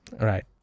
Right